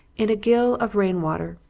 in a gill of rain water.